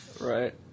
right